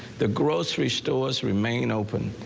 the grocery stores remain open.